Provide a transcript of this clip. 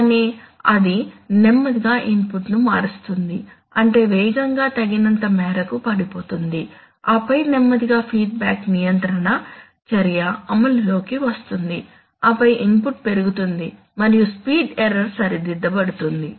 కానీ అది నెమ్మదిగా ఇన్పుట్ను మారుస్తుంది అంటే వేగం తగినంత మేరకు పడిపోతుంది ఆపై నెమ్మదిగా ఫీడ్బ్యాక్ నియంత్రణ చర్య అమలులోకి వస్తుంది ఆపై ఇన్పుట్ పెరుగుతుంది మరియు స్పీడ్ ఎర్రర్ సరిదిద్దబడుతుంది